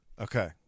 okay